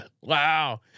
Wow